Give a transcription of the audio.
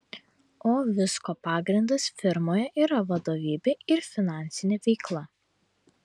o visko pagrindas firmoje yra vadovybė ir finansinė veikla